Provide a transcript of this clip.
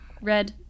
Red